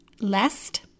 Lest